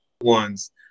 ones